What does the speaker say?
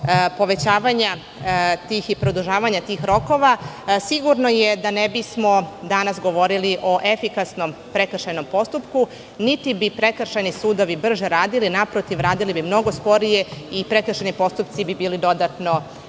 povećavanja i produžavanja tih rokova, sigurno je da ne bismo danas govorili o efikasnom prekršajnom postupku, niti bi prekršajni sudovi brže radili. Naprotiv, radili bi mnogo sporije i prekršajni postupci bi bili dodatno